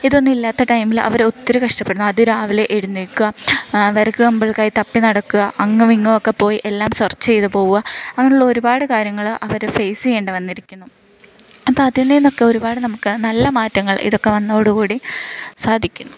ഇതൊന്നും ഇല്ലാത്ത ടൈമിൽ അവർ ഒത്തിരി കഷ്ടപ്പെടുന്നു അതിരാവിലെ എഴുന്നേൽക്കാൻ അവർ കമ്പിൾക്കായി തപ്പിനടക്കാൻ അങ്ങുമിങ്ങും ഒക്കെപോയി എല്ലാം സർച്ച് ചെയ്ത് പോവാൻ അങ്ങനുള്ള ഒരുപാട് കാര്യങ്ങൾ അവർ ഫെയ്സ് ചെയ്യേണ്ട വന്നിരിക്കുന്നു അപ്പോൾ അതിൽ നിന്നൊക്ക ഒരുപാട് നമുക്ക് നല്ല മാറ്റങ്ങൾ ഇതൊക്ക വന്നതോടുകൂടി സാധിക്കുന്നു